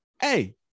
hey